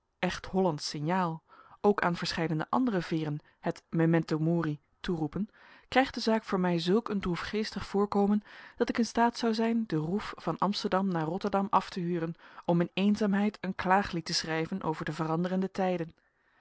ook aan verscheidene andere veeren het memento mori toeroepen krijgt de zaak voor mij zulk een droefgeestig voorkomen dat ik in staat zou zijn de roef van amsterdam naar rotterdam af te huren om in eenzaamheid een klaaglied te schrijven over de veranderde tijden